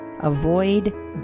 Avoid